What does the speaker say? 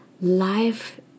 life